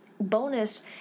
Bonus